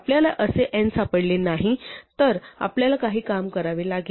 आपल्याला असे n सापडले नाही तर आपल्याला काही काम करावे लागेल